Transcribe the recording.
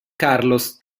carlos